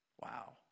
Wow